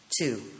Two